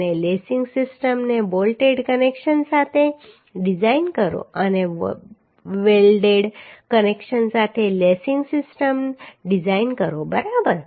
અને લેસિંગ સિસ્ટમને bolted connections સાથે ડિઝાઇન કરો અને વેલ્ડેડ કનેક્શન્સ સાથે લેસિંગ સિસ્ટમ ડિઝાઇન કરો બરાબર